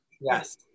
Yes